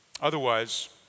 Otherwise